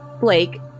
Blake